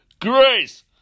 grace